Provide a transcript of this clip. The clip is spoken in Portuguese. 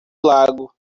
lago